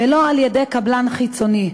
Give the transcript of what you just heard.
ולא על-ידי קבלן חיצוני.